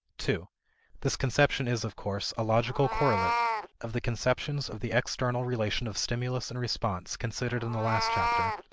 two this conception is, of course, a logical correlate of the conceptions of the external relation of stimulus and response, considered in the last chapter,